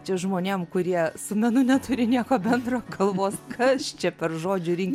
čia žmonėm kurie su menu neturi nieko bendro galvos kas čia per žodžių rink